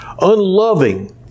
unloving